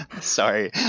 sorry